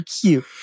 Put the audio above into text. cute